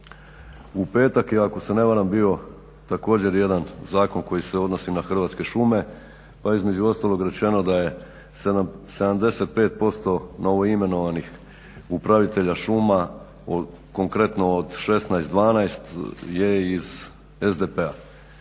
U petak je ako se ne varam bio također jedan zakon koji se odnosi na Hrvatske šume, pa je između ostalog rečeno da je 75% novoimenovanih upravitelja šuma konkretno od 16, 12 je iz SDP-a.